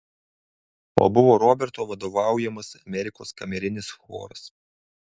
o buvo roberto vadovaujamas amerikos kamerinis choras